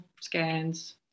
scans